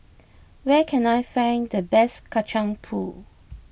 where can I find the best Kacang Pool